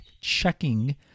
checking